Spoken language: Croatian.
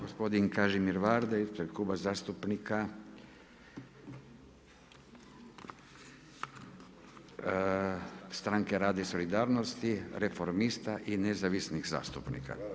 Gospodin Kažimir Varda ispred Kluba zastupnika Stranke rada i solidarnosti, reformista i nezavisnih zastupnika.